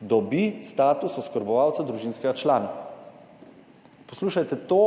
dobi status oskrbovalca družinskega člana. Poslušajte, to